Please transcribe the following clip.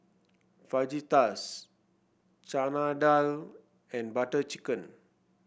Fajitas Chana Dal and Butter Chicken